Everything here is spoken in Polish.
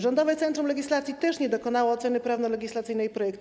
Rządowe Centrum Legislacji też nie dokonało oceny prawnolegislacyjnej projektu.